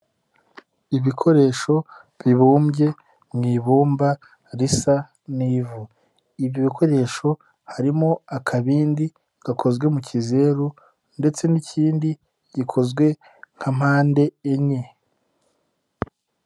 Ibikoresho bibumbye mu ibumba risa n'ivu, ibyo bikoresho harimo akabindi gakozwe mu kizeru ndetse n'ikindi gikozwe nka mpande enye.